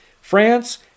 France